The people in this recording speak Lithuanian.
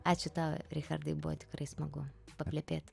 ačiū tau richardai buvo tikrai smagu paplepėt